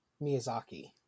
Miyazaki